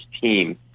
team